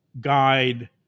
guide